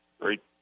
great –